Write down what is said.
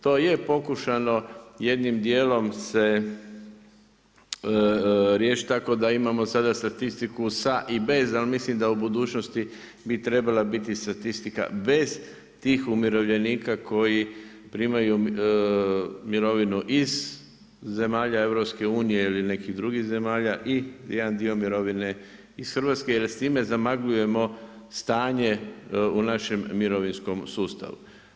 To je pokušano jednim dijelom se riješiti tako da imamo sada statistiku sa i bez ali mislim da u budućnosti bi trebala biti statistika bez tih umirovljenika koji primaju mirovinu iz zemalja EU ili nekih drugih zemalja i jedan dio mirovine iz Hrvatske jer s time zamagljujemo stanje u našem mirovinskom sustavu.